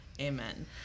amen